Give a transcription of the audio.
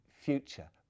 future